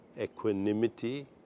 equanimity